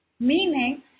meaning